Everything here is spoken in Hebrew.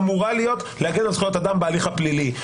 אמורה להגן על זכויות אדם בהליך הפלילי,